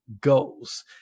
goals